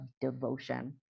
devotion